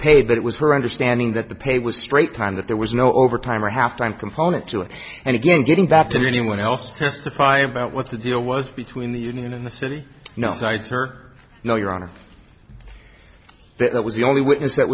paid but it was her understanding that the pay was straight time that there was no overtime or half time component to it and again getting back to anyone else to testify about what the deal was between the union and the city no cites or no your honor that was the only witness that